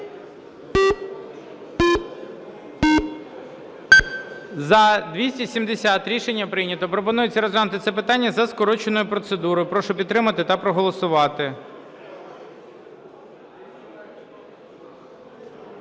За-270 Рішення прийнято. Пропонується розглянути це питання за скороченою процедурою. Прошу підтримати та проголосувати.